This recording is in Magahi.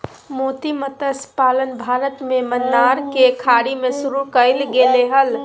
मोती मतस्य पालन भारत में मन्नार के खाड़ी में शुरु कइल गेले हल